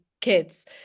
kids